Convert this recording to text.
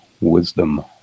Wisdom